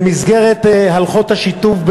במסגרת הלכות השיתוף,